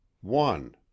one